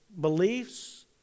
beliefs